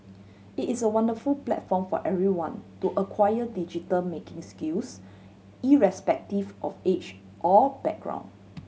it is a wonderful platform for everyone to acquire digital making skills irrespective of age or background